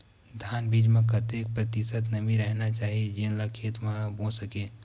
धान बीज म कतेक प्रतिशत नमी रहना चाही जेन ला खेत म बो सके?